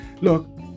look